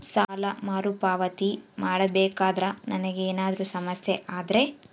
ಸಾಲ ಮರುಪಾವತಿ ಮಾಡಬೇಕಂದ್ರ ನನಗೆ ಏನಾದರೂ ಸಮಸ್ಯೆ ಆದರೆ?